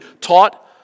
taught